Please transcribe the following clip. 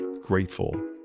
grateful